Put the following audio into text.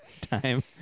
time